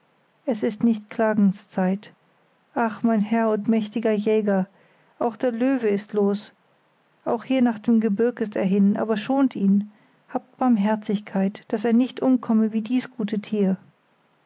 es ist nicht klagenszeit ach mein herr und mächtiger jäger auch der löwe ist los auch hier nach dem gebirg ist er hin aber schont ihn habt barmherzigkeit daß er nicht umkomme wie dies gute tier